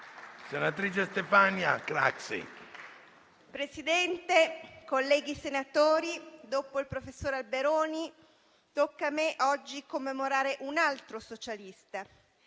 Signor Presidente, colleghi senatori, dopo il professor Alberoni, tocca a me oggi commemorare un altro socialista.